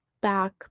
back